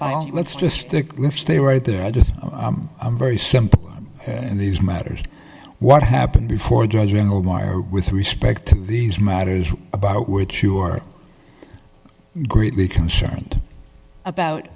let's just stick with stay right there i just i'm very simple and these matters what happened before judging omar with respect to these matters about which you are greatly concerned about